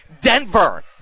Denver